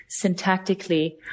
syntactically